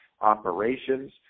operations